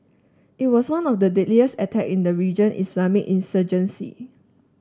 it was one of the deadliest attack in the region Islamist insurgency